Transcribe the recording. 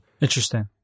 Interesting